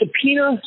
subpoena